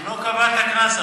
אבל הוא לא קבע את הקנס.